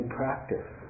practice